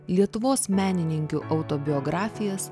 lietuvos menininkių autobiografijas